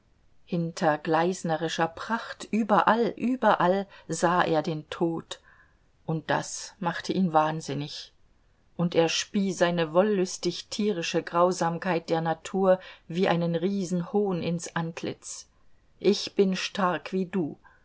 hinter gleisnerischer pracht überall überall sah er den tod und das machte ihn wahnsinnig und er spie seine wollüstig tierische grausamkeit der natur wie einen riesenhohn in's antlitz ich bin stark wie du